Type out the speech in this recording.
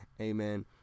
Amen